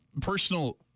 personal